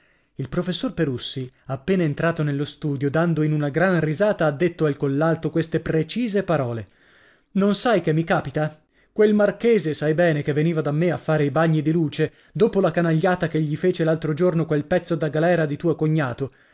il professor perussi appena entrato nello studio dando in una gran risata ha detto al collalto queste precise parole non sai che mi càpita quel marchese sai bene che veniva da me a fare i bagni di luce dopo la canagliata che gli fece l'altro giorno quel pezzo da galera di tuo cognato